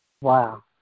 Wow